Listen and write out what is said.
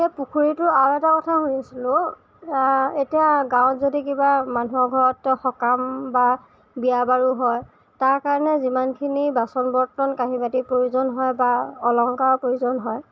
সেই পুখুৰীটোৰ আৰু এটা কথা শুনিছিলোঁ এতিয়া গাঁৱত যদি কিবা মানুহৰ ঘৰত সকাম বা বিয়া বাৰু হয় তাৰকাৰণে যিমানখিনি বাচন বৰ্তন কাঁহী বাতি প্ৰয়োজন হয় বা অলংকাৰৰ প্ৰয়োজন হয়